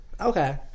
Okay